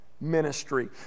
ministry